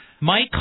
Mike